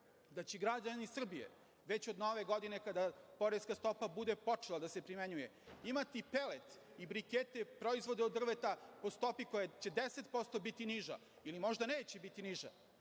da će građani Srbije već od Nove godine, kada poreska stopa bude počela da se primenjuje, imati pelet i brikete, proizvode od drveta po stopi koja će 10% biti niža ili možda neće biti niža.